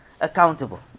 accountable